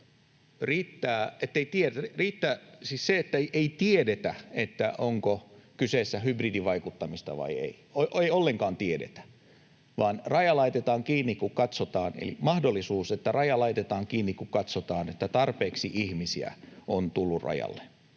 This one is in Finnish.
että vaikka ei tiedetä, onko kyse hybridivaikuttamisesta vai ei, ei ollenkaan tiedetä, niin on mahdollisuus laittaa raja kiinni, kun katsotaan, että tarpeeksi ihmisiä on tullut rajalle.